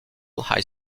high